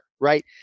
right